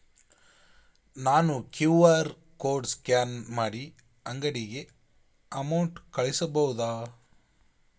ನಾನು QR code scan ಮಾಡಿ ಅಂಗಡಿಗೆ ಅಮೌಂಟ್ ಕಳಿಸಬಹುದಾ?